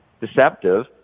deceptive